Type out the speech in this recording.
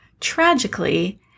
Tragically